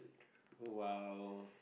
!wow!